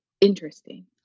interesting